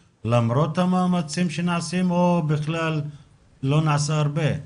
המאמצים שנעשים או שבכלל לא נעשה הרבה?